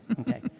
okay